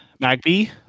Magby